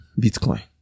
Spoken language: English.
Bitcoin